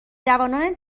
جوانان